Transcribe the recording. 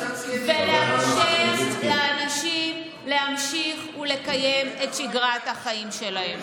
ולאפשר לאנשים להמשיך ולקיים את שגרת החיים שלהם.